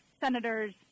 senators